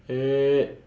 eight